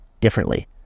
differently